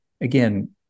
again